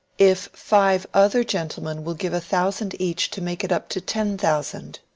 if five other gentlemen will give a thousand each to make it up to ten thousand.